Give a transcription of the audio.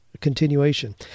continuation